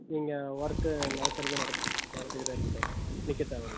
நீங்கள் ஒர்க்கு நடக்கிறது நடக்கட்டும் நடந்துக்கிட்டே இருக்கட்டும் நிற்க தேவையில்லை